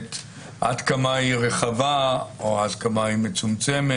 עד כמה היא רחבה או עד כמה היא מצומצמת.